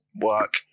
work